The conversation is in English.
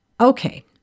Okay